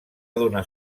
donar